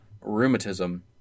rheumatism